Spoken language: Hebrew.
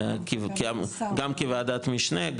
גם כוועדת משנה,